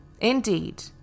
Indeed